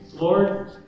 Lord